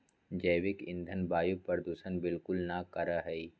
जैविक ईंधन वायु प्रदूषण बिलकुल ना करा हई